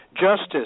justice